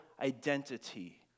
identity